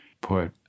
put